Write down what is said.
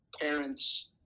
parents